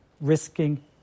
risking